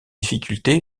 difficultés